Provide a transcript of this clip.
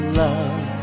love